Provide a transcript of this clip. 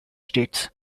states